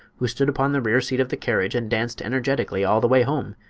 who stood upon the rear seat of the carriage and danced energetically all the way home,